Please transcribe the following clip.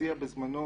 שהציע בזמנו